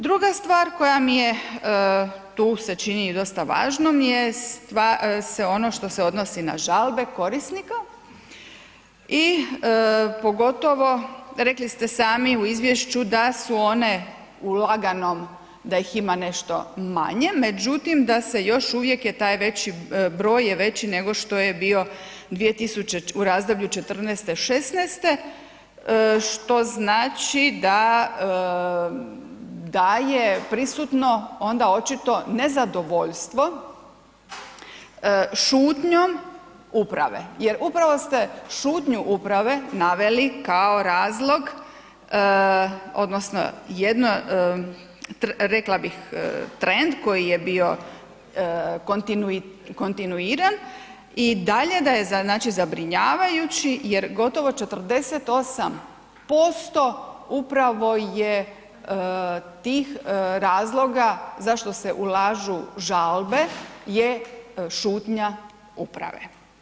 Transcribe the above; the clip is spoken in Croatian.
Druga stvar koja mi je tu se čini dosta važnom jest sve ono što se odnosi na žalbe korisnika i pogotovo rekli ste sami u izvješću da su one u laganom, da ih ima nešto manje, međutim da se još uvijek je taj veći broj je veći nego što je bio u razdoblju 2014.-2016. što znači da je prisutno onda očito nezadovoljstvo šutnjom uprave jer upravo ste šutnju uprav naveli kao razlog odnosno jedan rekla bih trend koji je bio kontinuiran i dalje da je zabrinjavajući jer gotovo 48% upravo je tih razloga zašto se ulaže žalbe je šutnja uprave.